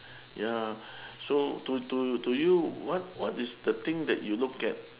ya so to to to you what what is the thing that you look at